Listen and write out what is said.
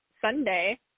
Sunday